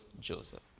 Joseph